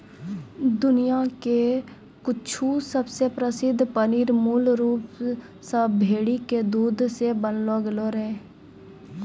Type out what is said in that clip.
दुनिया के कुछु सबसे प्रसिद्ध पनीर मूल रूप से भेड़ी के दूध से बनैलो गेलो रहै